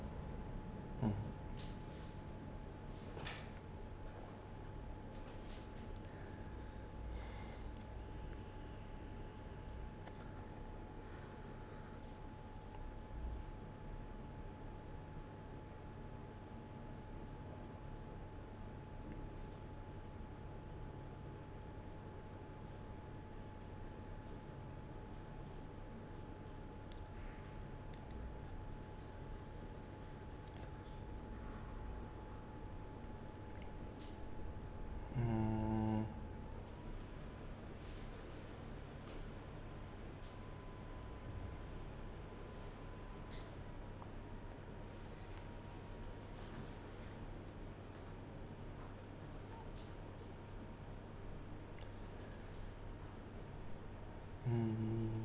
mm mm mm